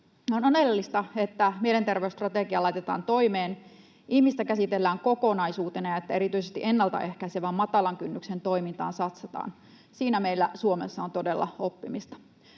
On oleellista, että mielenterveysstrategia laitetaan toimeen, ihmistä käsitellään kokonaisuutena ja että erityisesti ennalta ehkäisevään matalan kynnyksen toimintaan satsataan. Siinä meillä Suomessa on todella oppimista.